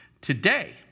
Today